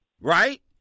Right